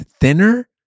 thinner